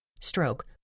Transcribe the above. stroke